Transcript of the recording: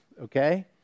Okay